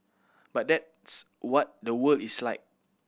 but that's what the world is like